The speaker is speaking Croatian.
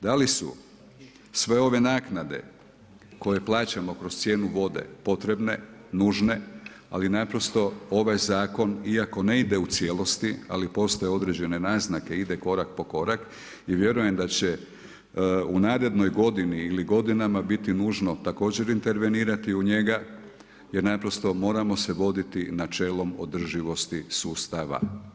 Da li su sve ove naknade koje plaćamo kroz cijenu vode potrebne, nužne ali naprosto ovaj zakon iako ne ide u cijelosti, ali postoje određene naznake ide korak po korak i vjerujem da će u narednoj godini ili godinama biti nužno također intervenirati u njega jer naprosto moramo se voditi načelom održivosti sustava.